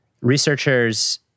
researchers